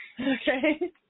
Okay